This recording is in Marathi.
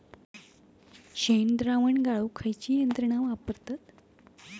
शेणद्रावण गाळूक खयची यंत्रणा वापरतत?